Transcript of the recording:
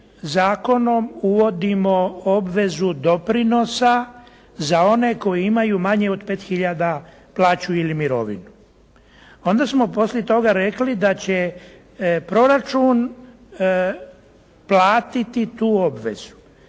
zakonom uvodimo obvezu doprinosa za one koji imaju manje od 5 tisuća plaću ili mirovinu. Onda smo poslije toga rekli da će proračun platiti tu obvezu.